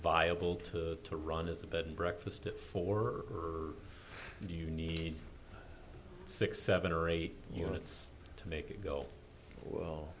viable to to run as a bed and breakfast at four or do you need six seven or eight units to make it go well